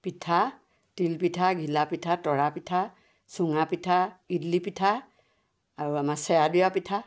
পিঠা তিলপিঠা ঘিলাাপিঠা তৰাপিঠা চুঙাপিঠা ইডলি পিঠা আৰু আমাৰ চেৱা দিয়া পিঠা